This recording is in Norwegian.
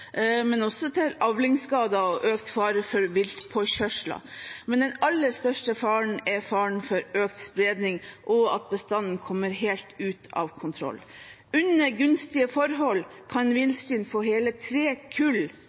men også til avlingsskader og økt fare for viltpåkjørsler. Men den aller største faren er faren for økt spredning og at bestanden kommer helt ut av kontroll. Under gunstige forhold kan villsvin få hele tre kull